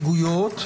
ההסתייגויות.